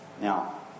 Now